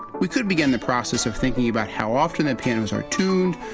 we could begin the process of thinking about how often the pianos are tuned,